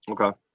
Okay